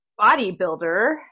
bodybuilder